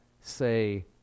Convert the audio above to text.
say